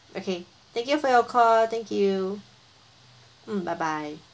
okay thank you for your call thank you mm bye bye